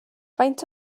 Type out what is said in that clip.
faint